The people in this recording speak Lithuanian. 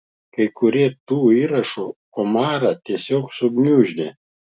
kai kurie tų įrašų omarą tiesiog sugniuždė